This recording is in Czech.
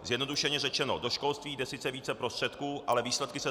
Zjednodušeně řečeno, do školství jde sice více prostředků, ale výsledky se zhoršují.